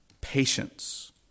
patience